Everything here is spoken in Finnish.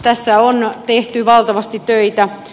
tässä on tehty valtavasti töitä